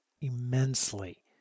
immensely